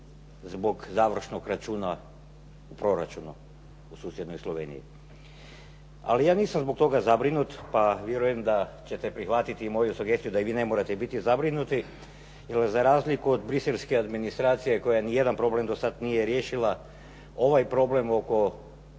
zbog završnog računa u proračunu u susjednoj Sloveniji. Ali ja nisam zbog toga zabrinut pa vjerujem da ćete prihvatiti moju sugestiju da i vi ne morate biti zabrinuti jer za razliku od bruxelleske administracije koja nijedan problem do sada nije riješila ovaj problem oko